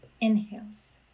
inhales